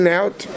out